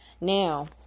now